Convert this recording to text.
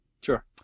Sure